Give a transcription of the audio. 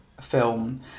film